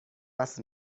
وصل